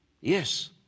Yes